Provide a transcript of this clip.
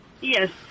yes